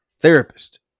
therapist